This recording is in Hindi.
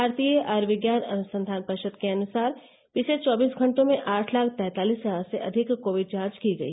भारतीय आयुर्विज्ञान अनुसंधान परिषद के अनुसार पिछले चौबीस घटों में आठ लाख तैंतालिस हजार से अधिक कोविड जांच की गई